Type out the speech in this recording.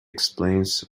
explains